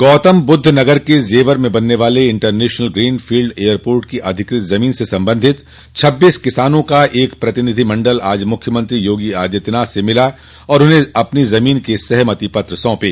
गौतमबुद्ध नगर के जेवर में बनने वाले इंटरनेशनल ग्रीन फील्ड एयरपोर्ट की अधिकृत जमीन से संबंधित छब्बीस किसानों का एक प्रतिनिधिमंडल आज मुख्यमंत्री योगी आदित्यनाथ से मिला और उन्हें अपनी जमीन के सहमति पत्र सौंपे